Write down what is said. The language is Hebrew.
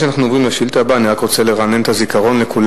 אבל שטח השיפוט שלה קרוב ל-190,000 דונם.